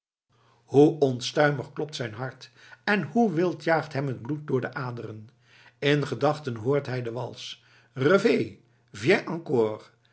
hoe onstuimig klopt zijn hart en hoe wild jaagt hem het bloed door de aderen in gedachten hoort hij de wals rêve